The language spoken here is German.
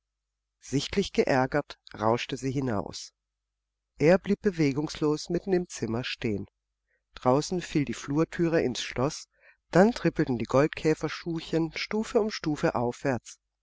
sichtlich geärgert rauschte sie hinaus er blieb bewegungslos mitten im zimmer stehen draußen fiel die flurthüre ins schloß dann trippelten die goldkäferschuhchen stufe um stufe aufwärts